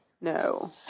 no